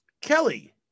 Kelly